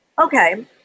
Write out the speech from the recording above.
Okay